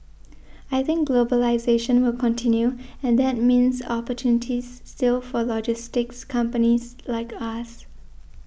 I think globalisation will continue and that means opportunities still for logistics companies like us